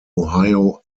ohio